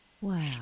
Wow